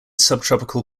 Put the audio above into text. subtropical